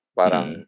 parang